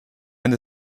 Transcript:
and